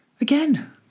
Again